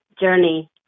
journey